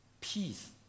peace